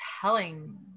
telling